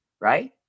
right